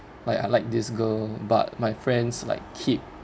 like I like this girl but my friends like keep